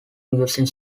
using